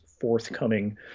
forthcoming